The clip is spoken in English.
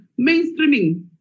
mainstreaming